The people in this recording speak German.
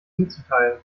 mitzuteilen